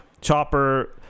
Chopper